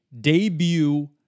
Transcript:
debut